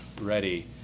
ready